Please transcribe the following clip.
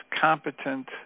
competent